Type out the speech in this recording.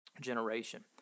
generation